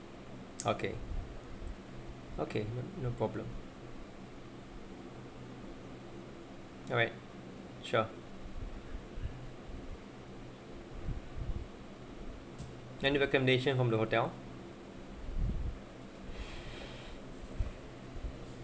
okay okay no no problem alright sure blended accommodation from the hotel